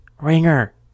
ringer